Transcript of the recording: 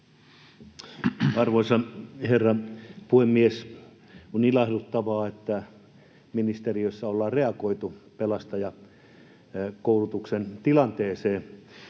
Arvoisa herra puhemies! On ilahduttavaa, että ministeriössä ollaan reagoitu pelastajakoulutuksen tilanteeseen.